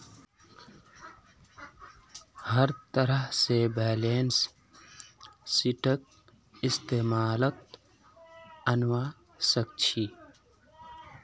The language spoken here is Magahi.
हर तरह से बैलेंस शीटक इस्तेमालत अनवा सक छी